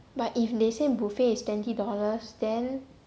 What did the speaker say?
but if they say buffet is twenty dollars then